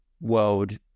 world